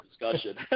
discussion